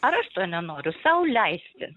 ar aš nenoriu sau leisti